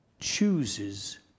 chooses